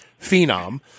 phenom